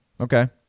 okay